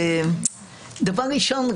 דבר ראשון,